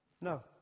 No